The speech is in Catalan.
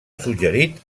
suggerit